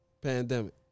Pandemic